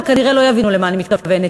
הם כנראה לא יבינו למה אני מתכוונת.